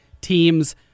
teams